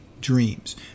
dreams